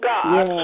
God